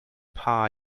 paar